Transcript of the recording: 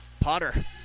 Potter